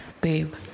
Babe